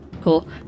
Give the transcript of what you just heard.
Cool